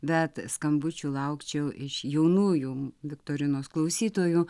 bet skambučių laukčiau iš jaunųjų viktorinos klausytojų